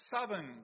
southern